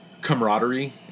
camaraderie